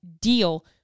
deal